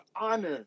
honor